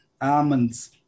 almonds